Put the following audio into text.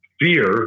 fear